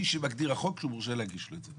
מי שמגדיר החוק שהוא מורשה להגיש לו את זה.